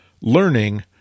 Learning